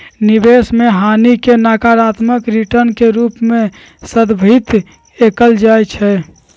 निवेश में हानि के नकारात्मक रिटर्न के रूप में संदर्भित कएल जाइ छइ